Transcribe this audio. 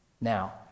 Now